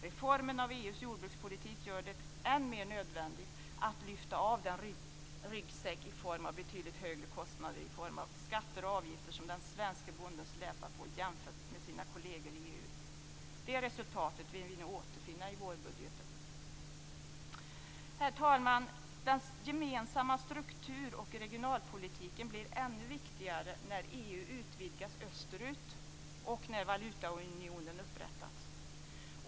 Reformen av EU:s jordbrukspolitik gör det än mer nödvändigt att lyfta av den ryggsäck av betydligt högre kostnader i form av skatter och avgifter som den svenske bonden släpar på jämfört med sina kolleger i EU. Det resultatet vill vi nu återfinna i vårbudgeten. Herr talman! Den gemensamma struktur och regionalpolitiken blir ännu viktigare när EU utvidgas österut och när valutaunionen upprättats.